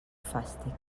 fàstic